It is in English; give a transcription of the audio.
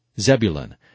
Zebulun